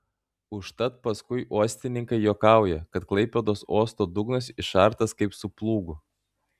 užtat paskui uostininkai juokauja kad klaipėdos uosto dugnas išartas kaip su plūgu